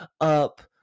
up